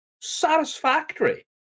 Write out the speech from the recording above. satisfactory